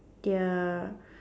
their